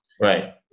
Right